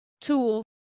tool